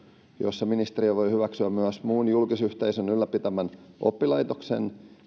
jossa ministeriö voi hyväksyä myös muun julkisyhteisön ylläpitämän oppilaitoksen